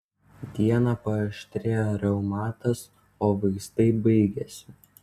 dieną paaštrėjo reumatas o vaistai baigėsi